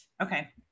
Okay